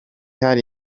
hari